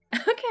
Okay